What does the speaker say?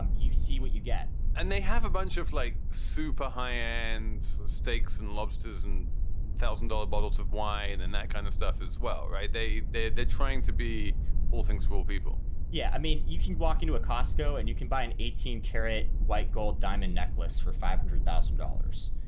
um you see what you get and they have a. like super high and so steaks and lobsters and thousand dollar bottles of wine, then that kind of stuff as well. right. they they they're trying to be all things to all people yeah. i mean, you can walk into a costco and you can buy an eighteen karat white gold diamond necklace for five hundred thousand dollars.